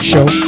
Show